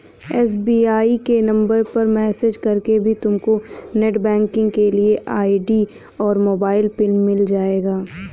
SBI के नंबर पर मैसेज करके भी तुमको नेटबैंकिंग के लिए आई.डी और मोबाइल पिन मिल जाएगा